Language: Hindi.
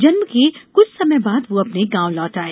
जन्म के क्छ समय बाद वह अपने गाँव लौट आए